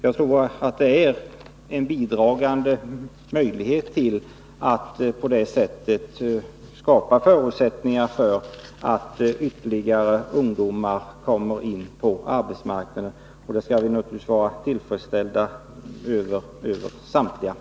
Den föreslagna lösningen kan bidra till att skapa förutsättningar för att ytterligare ungdomar kommer in på arbetsmarknaden, och en sådan utveckling har vi samtliga anledning att vara angelägna om.